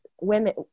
women